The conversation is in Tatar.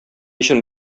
өчен